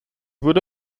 wurde